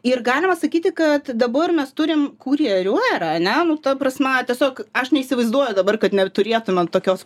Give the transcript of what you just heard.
ir galima sakyti kad dabar mes turim kurjerių erą ane nu ta prasme tiesiog aš neįsivaizduoju dabar kad neturėtumėm tokios